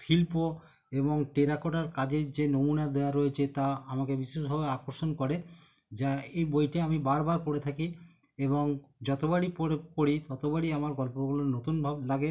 শিল্প এবং টেরাকোটার কাজের যে নমুনা দেওয়া রয়েছে তা আমাকে বিশেষভাবে আকর্ষণ করে যা এই বইটি আমি বারবার পড়ে থাকি এবং যতবারই পড়ি পড়ি ততবারই আমার গল্পগুলো নতুন ভাব লাগে